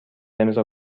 امضاء